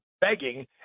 begging